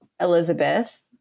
Elizabeth